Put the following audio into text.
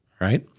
right